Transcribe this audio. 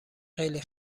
خیلی